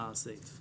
הסעיף.